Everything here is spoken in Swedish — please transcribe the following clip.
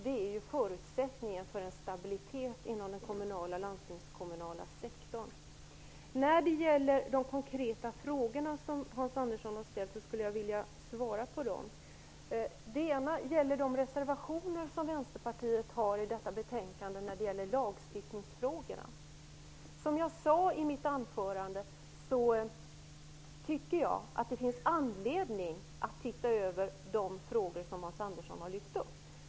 Det är förutsättningen för en stabilitet inom den kommunala och landstingskommunala sektorn. Jag skulle vilja svara på Hans Anderssons konkreta frågor. Den ena gällde Vänsterpartiets reservationer om lagstiftningsfrågorna i detta betänkande. Som jag sade i mitt anförande finns det anledning att se över de frågor som Hans Andersson har lyft fram.